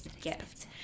gift